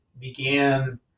began